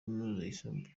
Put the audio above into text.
yisumbuye